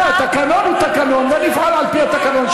התקנון הוא תקנון ואני אפעל על פי התקנון.